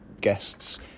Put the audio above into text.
guests